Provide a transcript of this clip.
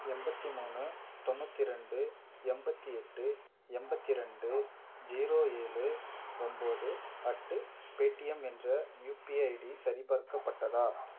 எண்பத்தி மூணு தொண்ணூற்றி ரெண்டு எண்பத்தி எட்டு எண்பத்தி ரெண்டு ஜீரோ ஏழு ஒம்போது அட் பேடிஎம் என்ற யுபிஐ ஐடி சரிபார்க்கப்பட்டதா